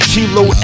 Kilo